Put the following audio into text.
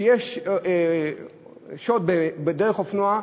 כשיש שוד באמצעות אופנוע,